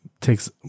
takes